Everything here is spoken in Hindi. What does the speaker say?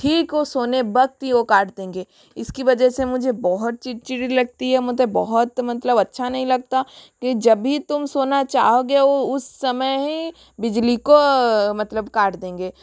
ठीक वह सोने वक्त ही वह काट देंगे इसकी वजह से मुझे बहुत चिड़चिड़ी लगती है मतलब बहुत मतलब अच्छा नहीं लगता कि जब भी तुम सोना चाहोगे वह उस समय ही बिजली को मतलब काट देंगे